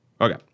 Okay